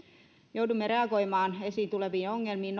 joudumme reagoimaan esiin tuleviin ongelmiin